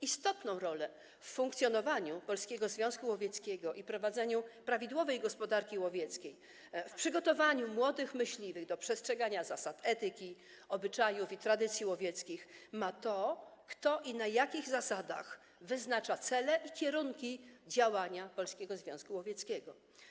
Istotną rolę w funkcjonowaniu Polskiego Związku Łowieckiego i prowadzeniu prawidłowej gospodarki łowieckiej, w przygotowaniu młodych myśliwych do przestrzegania zasad etyki, obyczajów i tradycji łowieckich odgrywa to, kto i na jakich zasadach wyznacza cele i kierunki działania Polskiego Związku Łowieckiego.